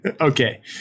Okay